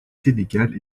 sénégal